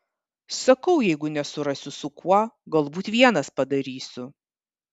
sakau jeigu nesurasiu su kuo galbūt vienas padarysiu